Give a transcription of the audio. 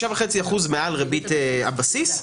אחוזים מעל ריבית הבסיס.